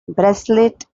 bracelet